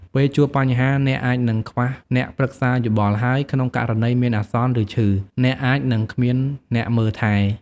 ពេលជួបបញ្ហា អ្នកអាចនឹងខ្វះអ្នកប្រឹក្សាយោបល់ ហើយក្នុងករណីមានអាសន្ន ឬឈឺ អ្នកអាចនឹងគ្មានអ្នកមើលថែ។